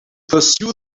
pursue